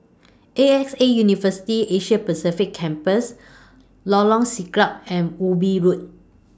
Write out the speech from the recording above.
A X A University Asia Pacific Campus Lorong Siglap and Ubi Road